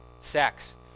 sex